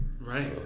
Right